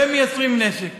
והם מייצרים נשק.